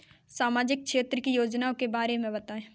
सामाजिक क्षेत्र की योजनाओं के बारे में बताएँ?